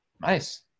Nice